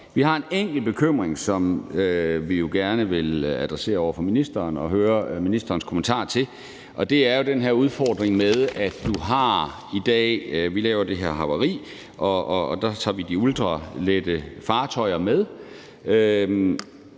Vi har en enkelt bekymring, som vi gerne vil adressere over for ministeren og høre ministerens kommentar til. Det er jo den her udfordring med, at vi i dag laver det her i forhold til havari, og der tager vi de ultralette fartøjer med.